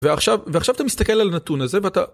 ועכשיו ועכשיו אתה מסתכל על הנתון הזה ואתה.